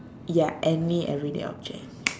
ya any everyday object